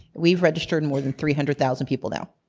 we've registered more than three hundred thousand people now.